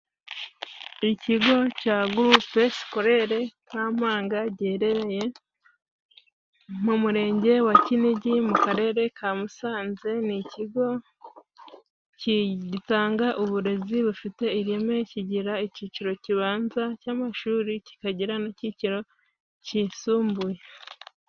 Ikigo cya Groupe Scolaire Kampanga, giherereye mu Murenge wa Kinigi mu Karere ka Musanze, ni ikigo gitanga uburezi bufite ireme, kigira icyiciro kibanza cy'amashuri kikagira n'icyiciro cyisumbuye.